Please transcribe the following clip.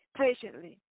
patiently